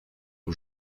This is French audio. aux